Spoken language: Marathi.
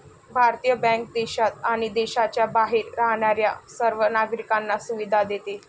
भारतीय बँक देशात आणि देशाच्या बाहेर राहणाऱ्या सर्व नागरिकांना सुविधा देते